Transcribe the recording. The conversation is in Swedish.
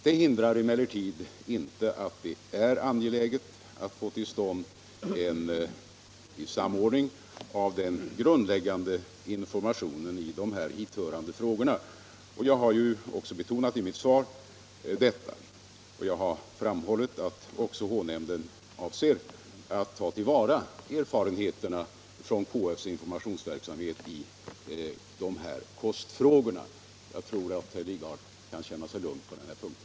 Detta hindrar emellertid inte att det är angeläget att få till stånd en viss samordning av den grundläggande informationen i hithörande frågor. Jag har också betonat detta i mitt frågesvar och framhållit att H-nämnden avser att ta till vara erfarenheterna av KF:s informationsverksamhet i kostfrågor. Jag tror att herr Lidgard kan känna sig lugn på den här punkten.